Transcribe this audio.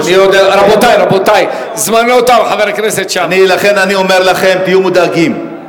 לכן, אני אומר לכם, תהיו מודאגים.